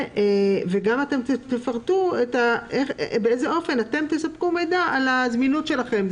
וגם אתם תפרטו באיזה אופן אתם תספקו מידע על הזמינות שלכם.